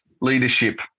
Leadership